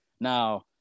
Now